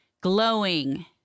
glowing